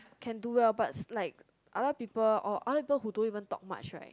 can do well but like a lot people or a lot people who don't even talk much one right